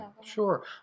Sure